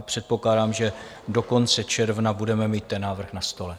Předpokládám, že do konce června budeme mít ten návrh na stole.